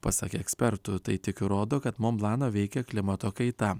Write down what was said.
pasak ekspertų tai tik įrodo kad monblaną veikia klimato kaita